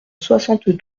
soixante